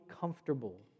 comfortable